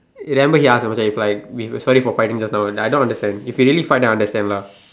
remember he ask whether he fight we sorry for fighting just now but I don't understand if he really fight then I will understand lah